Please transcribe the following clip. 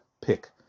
pick